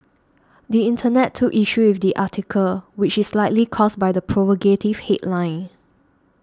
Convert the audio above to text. the internet took issue with the article which is likely caused by the provocative headline